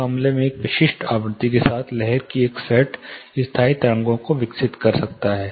इस मामले में एक विशिष्ट आवृत्ति के साथ लहर का एक सेट स्थायी तरंगों को विकसित कर सकता है